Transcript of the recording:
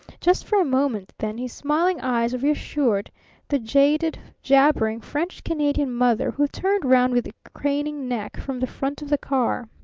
just for a moment, then, his smiling eyes reassured the jaded, jabbering french-canadian mother, who turned round with craning neck from the front of the car.